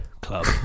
club